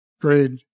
grade